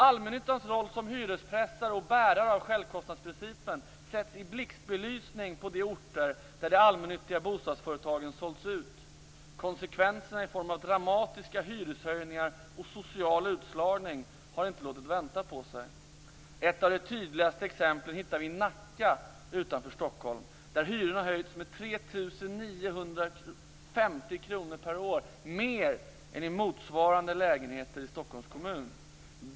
Allmännyttans roll som hyrespressare och bärare av självkostnadsprincipen sätts i blixtbelysning på de orter där de allmännyttiga bostadsföretagen sålts ut. Konsekvenserna i form av dramatiska hyreshöjningar och social utslagning har inte låtit vänta på sig. Ett av de tydligaste exemplen hittar vi i Nacka utanför Stockholm. Där har hyrorna höjts med 3 950 kr. Det är mer än i motsvarande lägenheter i Stockholms kommun.